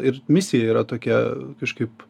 ir misija yra tokia kažkaip